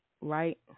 right